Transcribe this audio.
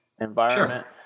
environment